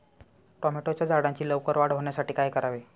टोमॅटोच्या झाडांची लवकर वाढ होण्यासाठी काय करावे?